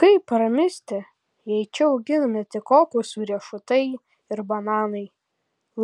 kaip pramisti jei čia auginami tik kokosų riešutai ir bananai